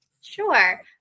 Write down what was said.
Sure